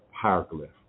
Hieroglyph